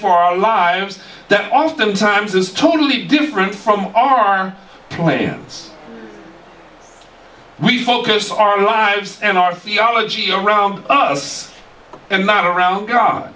for our lives that oftentimes is totally different from our plans we focus our lives and our theology around us and not around